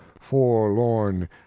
forlorn